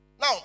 Now